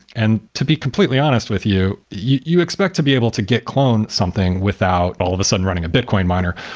and to be completely honest with you, you you expect to be able to git clone something without all of a sudden running a bitcoin miner,